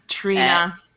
Trina